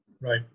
Right